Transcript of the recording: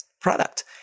product